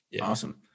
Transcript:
Awesome